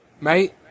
mate